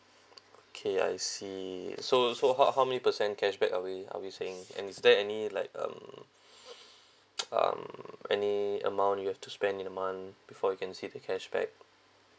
okay I see so so how how many percent cashback are we are we saying and is there any like um uh any amount you have to spend in a month before you can see the cashback